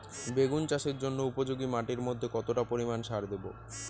বেগুন চাষের জন্য উপযোগী মাটির মধ্যে কতটা পরিমান সার দেব?